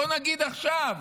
בוא נגיד עכשיו